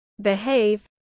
behave